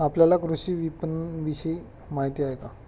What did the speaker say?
आपल्याला कृषी विपणनविषयी माहिती आहे का?